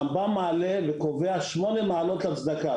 הרמב"ם מעלה וקובע שמונה מעלות הצדקה,